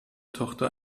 tochter